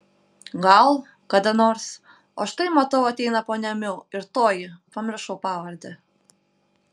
gal kada nors o štai matau ateina ponia miu ir toji pamiršau pavardę